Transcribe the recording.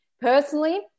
Personally